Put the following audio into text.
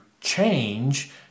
change